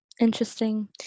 Interesting